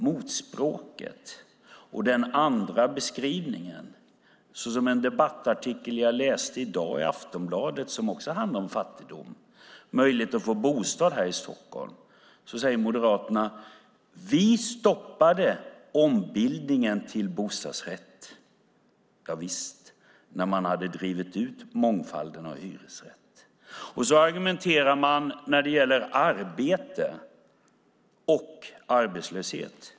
Mot språket och den andra beskrivningen, så som en debattartikel jag läste i Aftonbladet i dag som också handlade om fattigdom och möjligheten att få bostad här i Stockholm, säger Moderaterna: Vi stoppade ombildningen till bostadsrätter. Javisst - när man hade drivit ut mångfalden av hyresrätt. Så argumenterar man även när det gäller arbete och arbetslöshet.